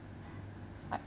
like